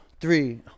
three